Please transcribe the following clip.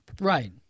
Right